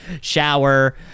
shower